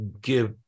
give